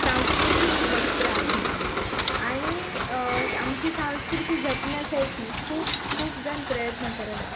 सांस्कृतिक वस्त्र आहे आणि आमची सांस्कृती जपण्यासाठी खूप खूप जण प्रयत्न करत आहे